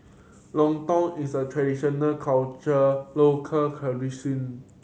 lontong is a traditional local